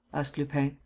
asked lupin.